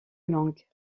langues